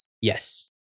Yes